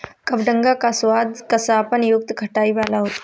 कबडंगा का स्वाद कसापन युक्त खटाई वाला होता है